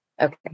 Okay